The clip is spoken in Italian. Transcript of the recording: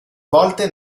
volte